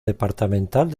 departamental